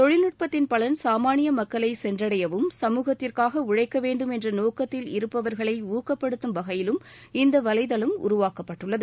தொழில்நுட்பத்தின் பலன் சாமானிய மக்களைச் சென்றடையவும் சமூகத்திற்காக உழைக்க வேண்டும் என்ற நோக்கத்தில் இருப்பவர்களை ஊக்கப்படுத்தும் வகையிலும் இந்த வலைதளம் உருவாக்கப்பட்டுள்ளது